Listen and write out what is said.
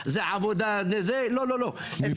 בפעם הראשונה אתה לא מחייב אותו,